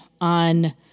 on